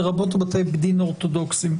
לרבות בתי דין אורתודוקסיים.